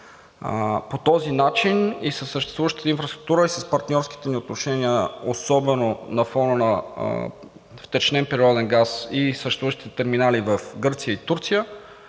По този начин и със съществуващата инфраструктура, и с партньорските ни отношения, особено на фона на втечнен природен газ и съществуващи терминали в Гърция и Турция,